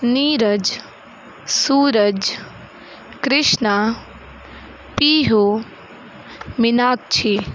Neeraj Suraj Krishna Pihu Meenakshi